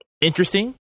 interesting